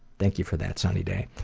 thank you for that, sunny day.